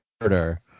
murder